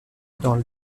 dans